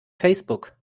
facebook